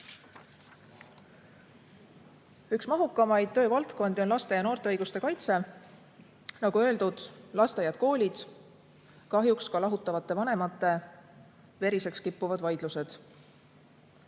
Üks mahukamaid töövaldkondi on laste ja noorte õiguste kaitse. Nagu öeldud, lasteaiad-koolid, kahjuks ka lahutavate vanemate veriseks kippuvad vaidlused.